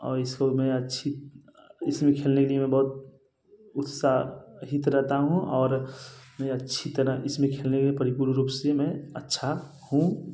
और इसको मैं अच्छा इसमें खेलने के लिए मैं बहुत उत्साहित रहता हूँ और मैं अच्छी तरह इसमें खेलने के लिए परिपूर्ण रूप से मैं अच्छा हूँ